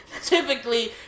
typically